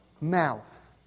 mouth